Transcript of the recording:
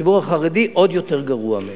לומר שהציבור החרדי עוד יותר גרוע מהם.